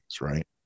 right